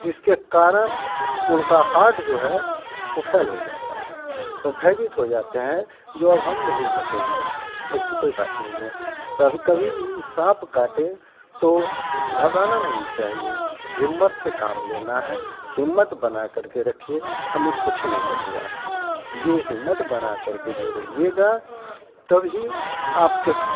जिसके कारण उनका हार्ट जो है वो फेल हो जाता है वो भयभीत हो जाते हैं जो अब हम नहीं बचेंगे ऐसी कोई बात नहीं है सभी कभी भी साँप काटे तो घबराना नहीं चाहिए हिम्मत से काम लेना है हिम्मत बना कर के रखिए हमें कुछ नहीं हुआ है ये हिम्मत बना कर के जो रहिएगा तभी आपके